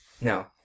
no